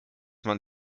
man